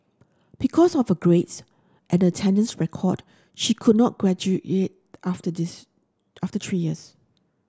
because of the grades and attendance record she could not graduate after these after three years